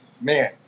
man